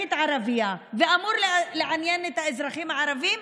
כאזרחית ערבייה ואמור לעניין את האזרחים הערבים,